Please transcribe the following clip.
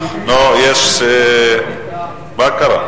מה קרה?